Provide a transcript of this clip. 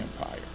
Empire